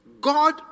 God